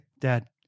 Dad